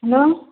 hello